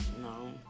No